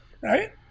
Right